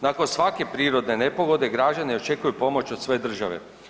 Nakon svake prirodne nepogode građani očekuju pomoć od svoje države.